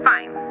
Fine